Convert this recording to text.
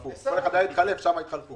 כל אחד היה התחלף, שם היה התחלפו.